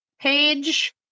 page